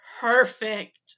perfect